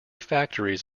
factories